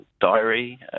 diary